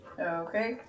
Okay